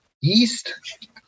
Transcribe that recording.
yeast